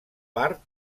part